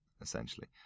Essentially